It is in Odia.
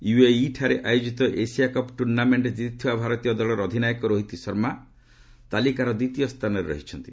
ୟୁଏଇ ଠାରେ ଆୟୋଜିତ ଏସିଆକପ୍ ଟୁର୍ଣ୍ଣାମେଣ୍ଟ ଜିତିଥିବା ଭାରତୀୟ ଦଳର ଅଧିନାୟକ ରୋହିତ ଶର୍ମା ତାଲିକାର ଦ୍ୱିତୀୟ ସ୍ଥାନରେ ରହିଛନ୍ତି